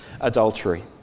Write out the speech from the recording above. adultery